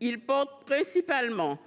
Il assure principalement